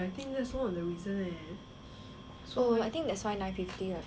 so I think that's why nine fifty for him too little